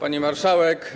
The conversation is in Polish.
Pani Marszałek!